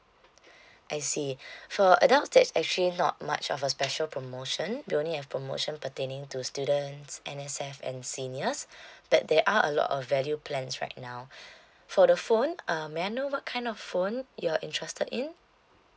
I see for adults that's actually not much of a special promotion we only have promotion pertaining to students N_S_F and seniors but there are a lot of value plans right now for the phone uh may I know what kind of phone you're interested in